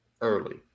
early